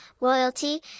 royalty